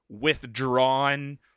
withdrawn